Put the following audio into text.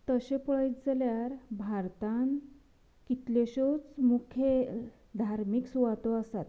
तशें पळयत जाल्यार भारतांत कितल्योश्योच मुख्य धार्मीक सुवातो आसात